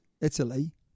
Italy